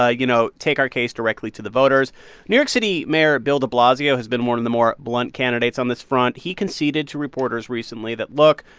ah you know, take our case directly to the voters new york city mayor bill de blasio has been one of the more blunt candidates on this front. he conceded to reporters recently that look.